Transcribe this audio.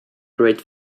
great